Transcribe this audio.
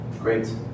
Great